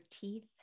teeth